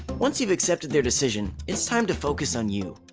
once you've accepted their decision, it's time to focus on you.